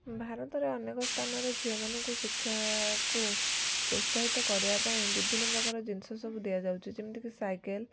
ଭାରତରେ ଅନେକ ସ୍ଥାନରେ ଝିଅମାନଙ୍କୁ ଶିକ୍ଷାକୁ ପ୍ରୋତ୍ସାହିତ କରିବା ପାଇଁ ବିଭିନ୍ନପ୍ରକାର ଜିନିଷ ସବୁ ଦିଆଯାଉଛି ଯେମିତି କି ସାଇକେଲ